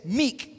meek